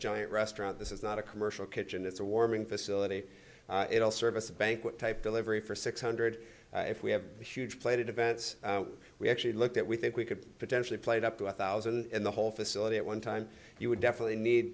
giant restaurant this is not a commercial kitchen it's a warming facility it'll serve us a banquet type delivery for six hundred if we have a huge plate events we actually looked at we think we could potentially plate up to one thousand in the whole facility at one time you would definitely need